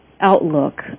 outlook